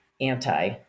anti